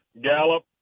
Gallup